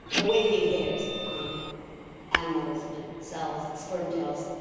the waving hairs on animals' cells, the sperm tails,